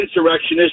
insurrectionist